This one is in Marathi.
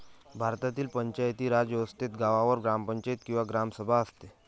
भारतातील पंचायती राज व्यवस्थेत गावावर ग्रामपंचायत किंवा ग्रामसभा असते